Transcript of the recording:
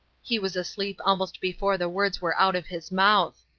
he was asleep almost before the words were out of his mouth.